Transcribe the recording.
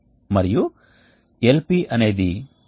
కాబట్టి వైశాల్యం ఎక్కువగా ఉంటే ఉష్ణ బదిలీ ఎక్కువగా ఉంటుంది